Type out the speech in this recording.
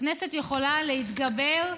הכנסת יכולה להתגבר,